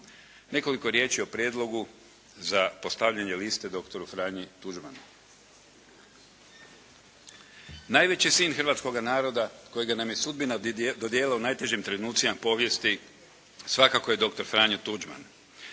Nekoliko riječi o prijedlogu za postavljanje biste doktoru Franji Tuđmanu. Najveći sin hrvatskoga naroda kojega nam je sudbina dodijelila u najtežim trenucima povijesti svakako je doktor Franjo Tuđman.